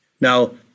Now